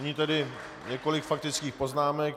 Nyní tedy několik faktických poznámek.